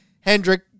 hendrick